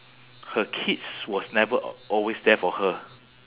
her kids was never always there for her